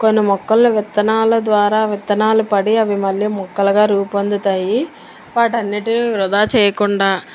కొన్ని మొక్కలని విత్తనాల ద్వారా విత్తనాలు పడి అవి మళ్ళీ మొక్కలుగా రూపొందుతాయి వాటిని అన్నింటిని వృధా చేయకుండా